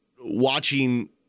watching